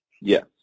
Yes